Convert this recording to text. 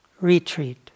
retreat